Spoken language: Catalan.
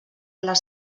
les